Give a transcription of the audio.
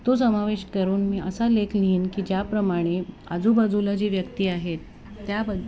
तो समावेश करून मी असा लेख लिहीन की ज्याप्रमाणे आजूबाजूला जी व्यक्ती आहेत त्याबद